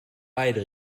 beide